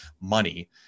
money